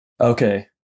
Okay